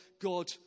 God